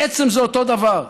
בעצם זה אותו דבר.